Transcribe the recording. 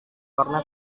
karena